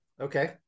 Okay